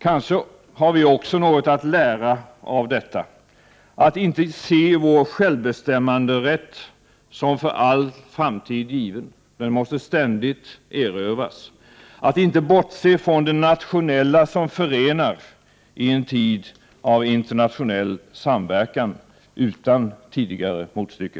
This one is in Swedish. Kanske har vi något att lära också av detta: att inte se vår självbestämmanderätt som för all framtid given — den måste ständigt erövras — och att inte bortse från det nationella som förenar i en tid av internationell samverkan utan tidigare motstycke.